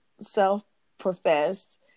self-professed